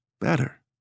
better